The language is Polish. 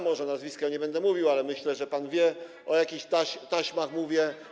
Może nazwiska nie będę mówił, ale myślę, że pan wie, o jakich taśmach mówię.